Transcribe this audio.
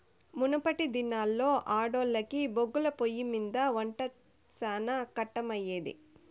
మునపటి దినాల్లో ఆడోల్లకి బొగ్గుల పొయ్యిమింద ఒంట శానా కట్టమయ్యేది